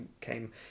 came